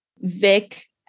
Vic